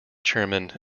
chairman